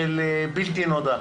של הבלתי-נודע,